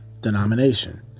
denomination